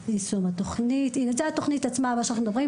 זו התוכנית עצמה, מה שאנחנו מדברים.